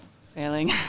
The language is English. sailing